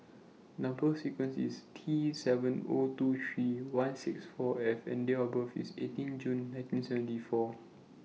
Number sequence IS T seven O two three one six four F and Date of birth IS eighteen June nineteen seventy four